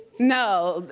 no,